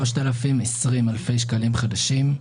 3,020 אלפי שקלים חדשים,